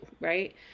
right